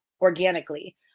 organically